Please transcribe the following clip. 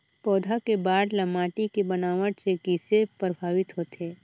पौधा के बाढ़ ल माटी के बनावट से किसे प्रभावित होथे?